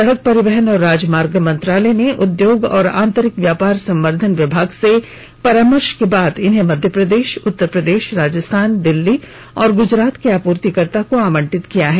सड़क परिवहन और राजमार्ग मंत्रालय ने उद्योग और आंतरिक व्यापार संवर्धन विभाग से परामर्श के बाद इन्हें मध्य प्रदेश उत्तर प्रदेश राजस्थान दिल्ली और ग्जरात के आपूर्तिकर्ता को आवंटित किया है